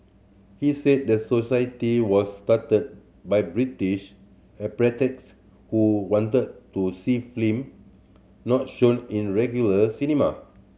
he said the society was started by British who wanted to see not shown in regular cinema